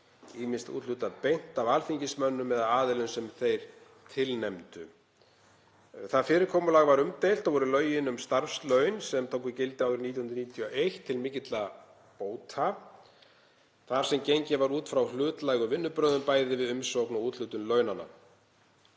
þá úthlutað beint af alþingismönnum eða aðilum sem þeir tilnefndu. Það fyrirkomulag var umdeilt og voru lögin um listamannalaun sem tóku gildi árið 1991 til mikilla bóta þar sem gengið var út frá hlutlægum vinnubrögðum, bæði við umsókn og úthlutun launanna.